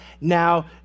now